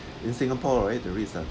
in singapore right the REITs are